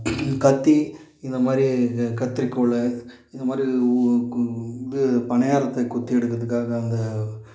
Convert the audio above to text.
கத்தி இந்த மாதிரி கத்திரிக்கோல் இந்த மாதிரி ஊ கூ வந்து பணியாரத்துக்கு குத்தி எடுக்கிறதுக்காக அந்த